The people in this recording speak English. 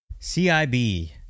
CIB